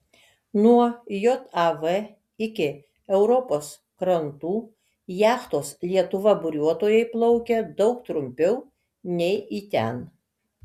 nuo jav iki europos krantų jachtos lietuva buriuotojai plaukė daug trumpiau nei į ten